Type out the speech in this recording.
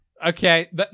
Okay